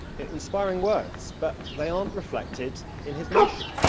inspiring words, but they aren't reflected in his motion,